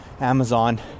Amazon